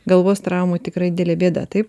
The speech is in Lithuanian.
galvos traumų tikrai didelė bėda taip